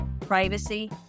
privacy